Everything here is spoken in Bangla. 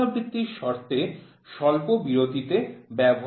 পুনরাবৃত্তির শর্তে স্বল্প বিরতিতে ব্যবহার করে প্রাপ্ত হয়